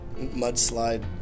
mudslide